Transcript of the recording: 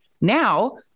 Now